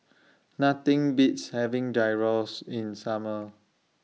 Nothing Beats having Gyros in Summer